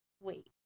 Wait